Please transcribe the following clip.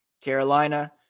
Carolina